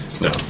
no